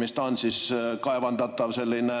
mis ta on siis, kaevandatav selline